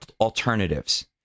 alternatives